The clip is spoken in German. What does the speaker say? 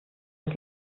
das